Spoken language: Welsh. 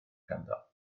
ganddo